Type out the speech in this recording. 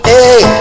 Hey